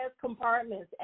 compartments